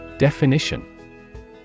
Definition